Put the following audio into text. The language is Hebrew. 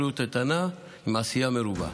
בריאות איתנה עם עשייה מרובה.